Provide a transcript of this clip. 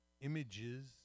Images